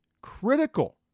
critical